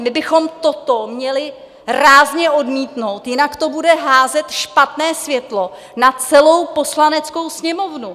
My bychom toto měli rázně odmítnout, jinak to bude házet špatné světlo na celou Poslaneckou sněmovnu.